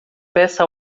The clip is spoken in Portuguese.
peça